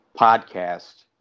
podcast